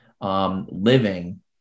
living